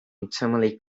untimely